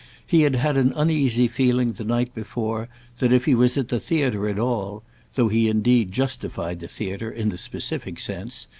he had had an uneasy feeling the night before that if he was at the theatre at all though he indeed justified the theatre, in the specific sense,